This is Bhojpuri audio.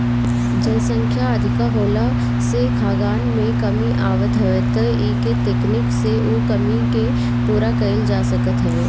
जनसंख्या अधिका होखला से खाद्यान में कमी आवत हवे त इ तकनीकी से उ कमी के पूरा कईल जा सकत हवे